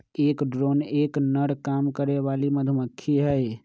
एक ड्रोन एक नर काम करे वाली मधुमक्खी हई